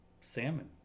salmon